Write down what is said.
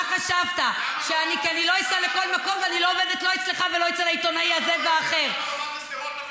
למה לא נסעת לפסטיבל בשדרות בשבוע שעבר?